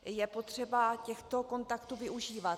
Je potřeba těchto kontaktů využívat.